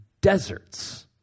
deserts